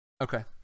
Okay